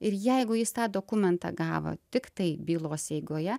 ir jeigu jis tą dokumentą gavo tiktai bylos eigoje